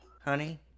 Honey